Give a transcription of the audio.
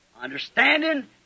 understanding